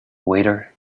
waiter